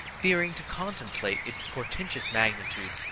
fearing to contemplate its portentous magnitude,